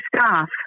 staff